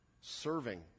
Serving